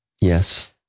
Yes